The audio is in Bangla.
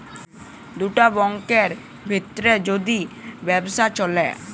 দুটা ব্যাংকের ভিত্রে যদি ব্যবসা চ্যলে